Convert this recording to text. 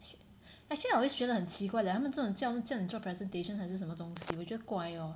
actually I always 觉得很奇怪 leh 他们真的叫你做 presentation 还是什么东西我觉得怪 lor